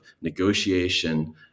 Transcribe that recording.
negotiation